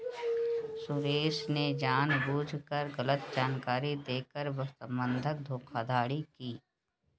सुरेश ने जानबूझकर गलत जानकारी देकर बंधक धोखाधड़ी की